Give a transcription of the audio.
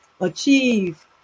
achieve